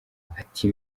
ati